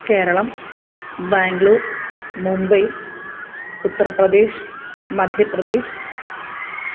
Keralam Bangalore Mumbai Uttar Pradesh Madhya Pradesh